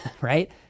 right